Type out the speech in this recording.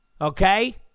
Okay